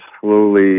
slowly